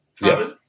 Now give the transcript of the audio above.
Yes